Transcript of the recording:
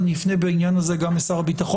אני גם אפנה בעניין הזה לשר הביטחון,